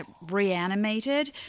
reanimated